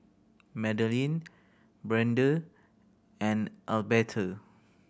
Madalyn Brande and Alberta